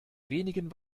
wenigen